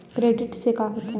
Credit से का होथे?